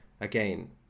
again